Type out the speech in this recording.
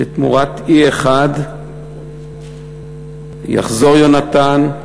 שתמורת E1 יחזור יונתן,